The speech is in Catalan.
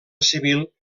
civil